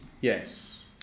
yes